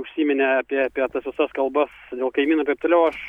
užsiminė apie apie tas visas kalbas dėl kaimynų taip toliau aš